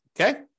Okay